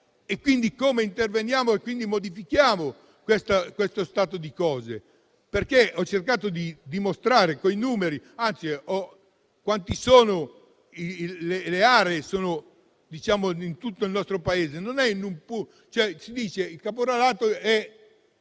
su come interveniamo e quindi modifichiamo questo stato di cose, perché ho cercato di dimostrare con i numeri quante sono le aree in tutto il nostro Paese. Ad esempio, si dice che il caporalato è